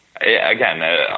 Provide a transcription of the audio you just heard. again